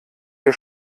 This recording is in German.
wir